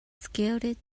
scaled